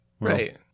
right